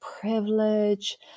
privilege